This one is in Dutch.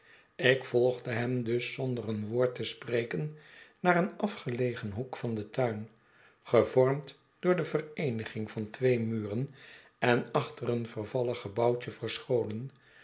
ik volgde hem dus zonder een woord te spreken naar een afgelegen hoek van den tuin gevormd door de vereeniging van tweemuren en achter een vervallen gebouwtje verscholen